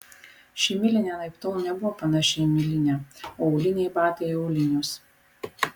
ši milinė anaiptol nebuvo panaši į milinę o auliniai batai į aulinius